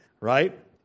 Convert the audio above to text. right